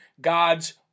God's